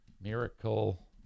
Miracle